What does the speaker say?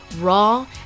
raw